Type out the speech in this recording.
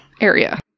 area